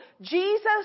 Jesus